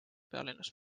pealinnas